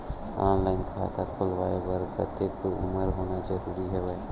Online खाता खुलवाय बर कतेक उमर होना जरूरी हवय?